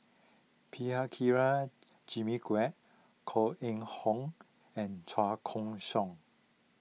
Prabhakara Jimmy Quek Koh Eng Hoon and Chua Koon Siong